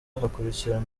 hakurikiraho